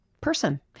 person